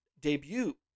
debut